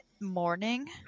morning